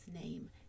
name